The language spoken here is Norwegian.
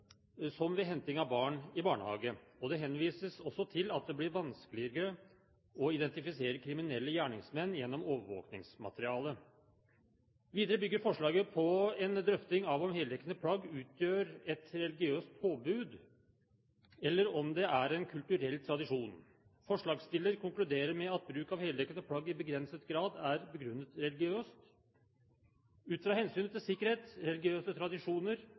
som ved henting av barn i barnehage. Det henvises også til at det blir vanskeligere å identifisere kriminelle gjerningsmenn gjennom overvåking. Videre bygger forslaget på en drøfting av om heldekkende plagg utgjør et religiøst påbud, eller om det er en kulturell tradisjon. Forslagsstillerne konkluderer med at bruk av heldekkende plagg i begrenset grad er begrunnet religiøst. Ut fra hensynet til sikkerhet, religiøse tradisjoner,